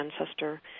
ancestor